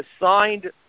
signed